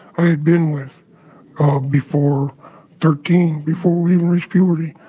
i had been with ah before thirteen, before we even reached puberty.